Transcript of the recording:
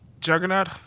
Juggernaut